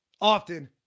often